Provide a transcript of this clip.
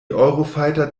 eurofighter